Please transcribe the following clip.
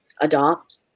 adopt